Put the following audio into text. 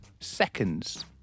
seconds